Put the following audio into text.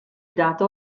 data